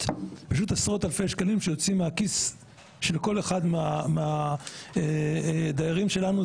פשוט עשרות אלפי שקלים שיוצאים מהכיס של כל אחד מהדיירים שלנו.